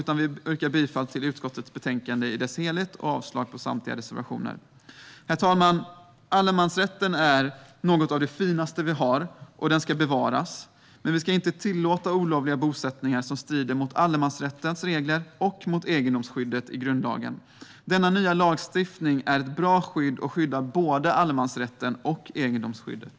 Jag yrkar bifall till utskottets förslag i dess helhet och avslag på samtliga reservationer. Herr talman! Allemansrätten är något av det finaste vi har, och den ska bevaras. Men vi ska inte tillåta olovliga bosättningar som strider mot allemansrättens regler och egendomsskyddet i grundlagen. Denna nya lagstiftning är ett bra skydd, och den skyddar både allemansrätten och egendomsskyddet.